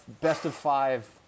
best-of-five